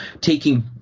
taking